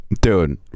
Dude